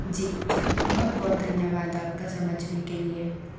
जी जी बहुत बहुत धन्यवाद आपका समझने के लिए